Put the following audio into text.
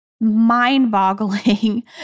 mind-boggling